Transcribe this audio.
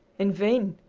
in vain!